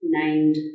named